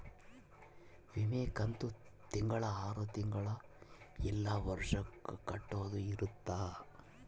ವಿಮೆ ಕಂತು ತಿಂಗಳ ಆರು ತಿಂಗಳ ಇಲ್ಲ ವರ್ಷ ಕಟ್ಟೋದ ಇರುತ್ತ